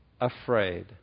afraid